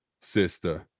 sister